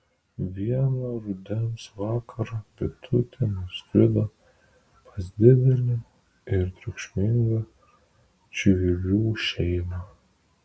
vieną rudens vakarą bitutė nuskrido pas didelę ir triukšmingą čivilių šeimą